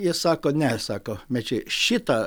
jis sako ne aš sako mečy šitą